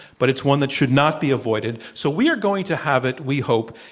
but it's one that should not be avoided, so we are going to have it, we hope,